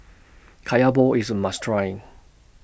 Kaya Balls IS A must Try